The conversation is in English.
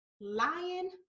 lion